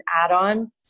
add-on